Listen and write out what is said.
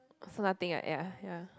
so nothing right ya ya